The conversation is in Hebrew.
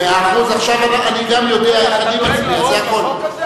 אז שהיה מתחיל,